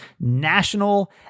national